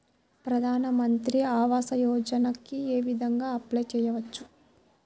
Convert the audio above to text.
ప్రధాన మంత్రి ఆవాసయోజనకి ఏ విధంగా అప్లే చెయ్యవచ్చు?